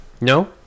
No